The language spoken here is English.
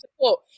support